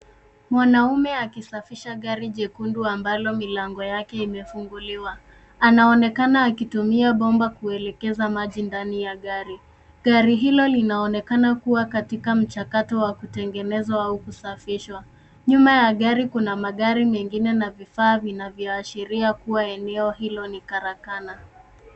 Mwanaume akisafisha gari jekundu ambalo milango yake imefunguliwa. Anaonekana akitumia bomba kuelekeza maji ndani ya gari. Gari hilo linaonekana kuwa katika mchakato wa kutengenezwa au kusafishwa .Nyuma ya gari kuna magari mengine na vifaa vinavyoashiria kuwa eneo hilo ni karakana.